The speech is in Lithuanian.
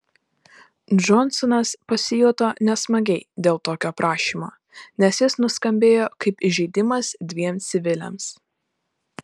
džonsonas pasijuto nesmagiai dėl tokio prašymo nes jis nuskambėjo kaip įžeidimas dviem civiliams